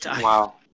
Wow